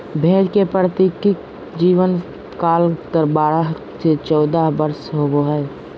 भेड़ के प्राकृतिक जीवन काल बारह से चौदह वर्ष होबो हइ